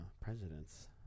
presidents